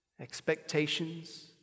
Expectations